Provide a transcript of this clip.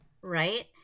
right